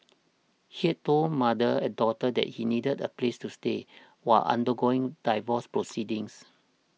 he had told mother and daughter that he needed a place to stay while undergoing divorce proceedings